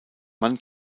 man